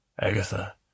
Agatha